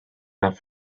enough